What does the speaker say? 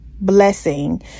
blessing